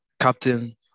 Captain